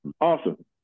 Awesome